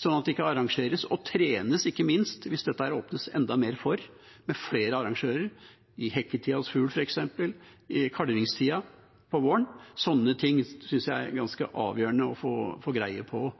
sånn at det kan arrangeres og ikke minst trenes – hvis det åpnes enda mer for dette, med flere arrangører – f.eks. i hekketida hos fugl og i kalvingstida på våren. Sånne ting synes jeg det er ganske avgjørende å få greie på,